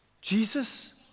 Jesus